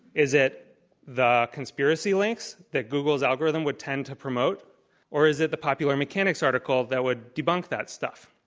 is it the conspiracy links that google's algorithm would tend to promote or is it the popular mechanics article that would debunk that stuff?